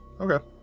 Okay